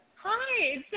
Hi